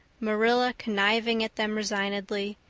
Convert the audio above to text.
marilla conniving at them resignedly,